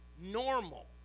normal